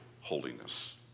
holiness